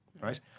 right